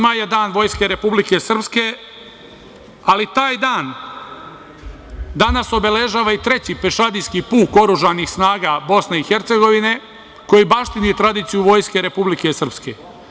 Maj 12. je dan Vojske Republike Srpske, ali taj dan danas obeležava i Treći pešadijski puk oružanih snaga Bosne i Hercegovine, koji baštini tradiciju Vojske Republike Srpske.